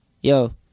Yo